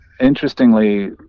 interestingly